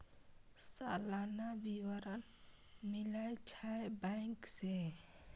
सलाना विवरण मिलै छै बैंक से?